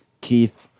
Keith